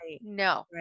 no